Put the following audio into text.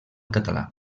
català